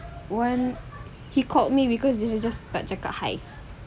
wan he called me because dia just tak cakap hi